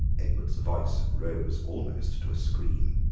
egbert's voice rose almost to a scream.